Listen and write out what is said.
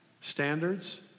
standards